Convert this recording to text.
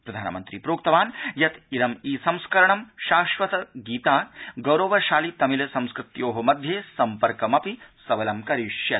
प्रधानमन्त्री प्रोक्तवान् यत् इदम् ई संस्करणम् शाश्वतगीता गौरवशालितमिलसंस्कृत्यो मध्ये सम्पर्कमपि सबलं करिष्यति